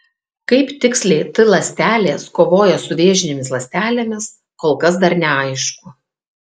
kaip tiksliai t ląstelės kovoja su vėžinėmis ląstelėmis kol kas dar neaišku